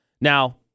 Now